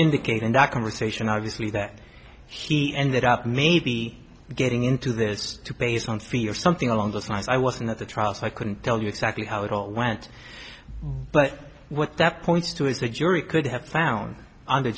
indicate in that conversation obviously that he ended up maybe getting into this based on fear something along those lines i wasn't at the trial so i couldn't tell you exactly how it all went but what that points to is the jury could have found on th